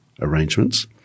arrangements